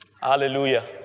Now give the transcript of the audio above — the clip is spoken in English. Hallelujah